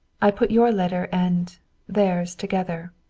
i put your letter and theirs, together.